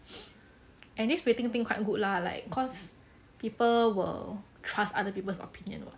and this rating thing quite good lah like cause people will trust other people's opinions what]